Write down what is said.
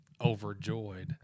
overjoyed